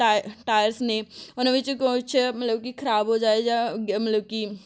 ਟਾ ਟਾਇਰਸ ਨੇ ਉਹਨਾਂ ਵਿੱਚ ਕੁਛ ਮਤਲਬ ਕਿ ਖਰਾਬ ਹੋ ਜਾਏ ਜਾਂ ਮਤਲਬ ਕਿ